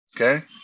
Okay